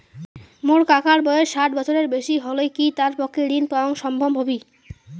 মোর কাকার বয়স ষাট বছরের বেশি হলই কি তার পক্ষে ঋণ পাওয়াং সম্ভব হবি?